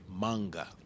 manga